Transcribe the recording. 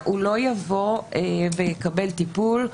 הוא לא יבוא ויקבל טיפול.